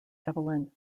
evelyn